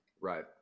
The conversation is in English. right